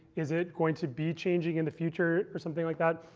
is it going to be changing in the future, or something like that.